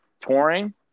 touring